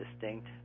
distinct